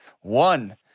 One